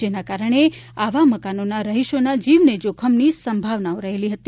જેના કારણે આવા મકાનોના રહીશોના જીવને જોખમની સંભાવના રહેલી છે